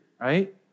right